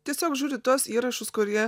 tiesiog žiūri tuos įrašus kurie